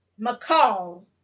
McCall